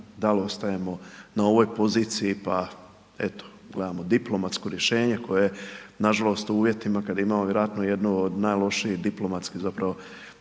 dal' ostajemo na ovoj poziciji pa eto gledamo diplomatsko rješenje koje nažalost u uvjetima kad imamo vjerojatno jednu od najlošijih diplomatskih zapravo